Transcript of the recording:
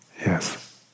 Yes